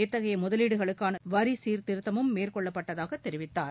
இத்தகைய முதலீடுகளுக்கான வரி சீர்திருத்தமும் மேற்கொள்ளப்பட்டதாக தெரிவித்தார்